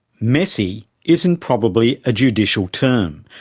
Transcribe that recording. messy isn't probably a judicial term,